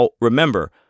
remember